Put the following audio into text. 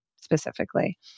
specifically